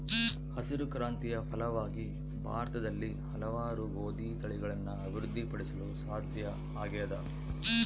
ಹಸಿರು ಕ್ರಾಂತಿಯ ಫಲವಾಗಿ ಭಾರತದಲ್ಲಿ ಹಲವಾರು ಗೋದಿ ತಳಿಗಳನ್ನು ಅಭಿವೃದ್ಧಿ ಪಡಿಸಲು ಸಾಧ್ಯ ಆಗ್ಯದ